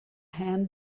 hand